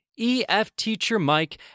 EFTeacherMike